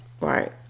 Right